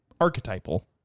archetypal